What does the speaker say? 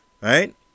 Right